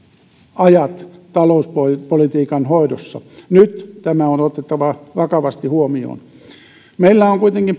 ajat talouspolitiikan hoidossa nyt tämä on otettava vakavasti huomioon meillä on kuitenkin